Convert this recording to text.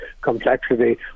complexity